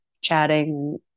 chatting